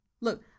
Look